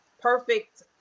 perfect